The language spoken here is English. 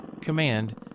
Command